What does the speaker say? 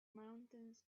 mountains